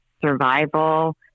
survival